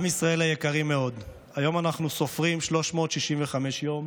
עם ישראל היקרים מאוד, היום אנחנו סופרים 365 יום